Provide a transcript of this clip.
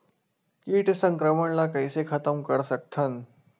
कीट संक्रमण ला कइसे खतम कर सकथन?